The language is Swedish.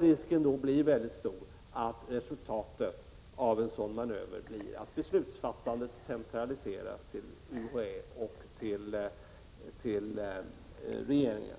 Risken är stor att resultatet av en sådan manöver blir att beslutsfattandet centraliseras till UHÄ och till regeringen.